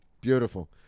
Beautiful